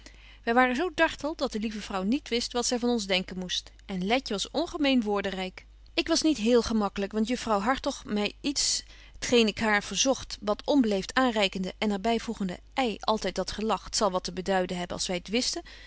wy waren zo dartel dat de lieve vrouw niet wist wat zy van ons denken moest en letje was ongemeen woordenryk ik was niet heel gemaklyk want juffrouw hartog my iets t geen ik haar verbetje wolff en aagje deken historie van mejuffrouw sara burgerhart zogt wat onbeleeft aanreikende en er by voegende ei altyd dat gelach t zal wat te beduiden hebben als wy't wisten